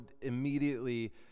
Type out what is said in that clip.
immediately